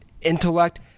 intellect